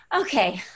Okay